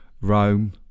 Rome